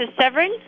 Severin